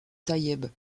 taïeb